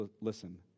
listen